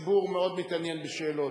הציבור מאוד מתעניין בשאלות.